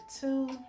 two